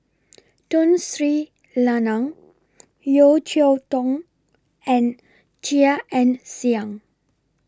Tun Sri Lanang Yeo Cheow Tong and Chia Ann Siang